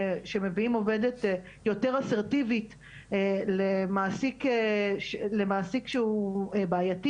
למשל שמביאים עובדת יותר אסרטיבית למעסיק שהוא בעייתי.